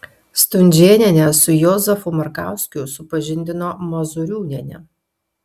stunžėnienę su jozefu markauskiu supažindino mozūriūnienė